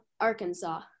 Arkansas